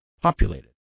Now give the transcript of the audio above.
populated